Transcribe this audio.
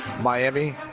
Miami